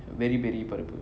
very very portable